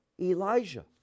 Elijah